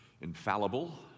infallible